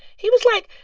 he was like.